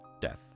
Death